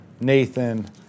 Nathan